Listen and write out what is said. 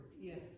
Yes